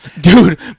Dude